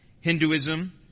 Hinduism